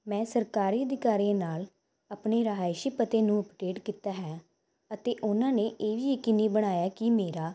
ਮੈਂ ਸਰਕਾਰੀ ਅਧਿਕਾਰੀ ਨਾਲ ਆਪਣੀ ਰਿਹਾਇਸ਼ੀ ਪਤੇ ਨੂੰ ਅਪਡੇਟ ਕੀਤਾ ਹੈ ਅਤੇ ਉਹਨਾਂ ਨੇ ਇਹ ਵੀ ਯਕੀਨੀ ਬਣਾਇਆ ਕਿ ਮੇਰਾ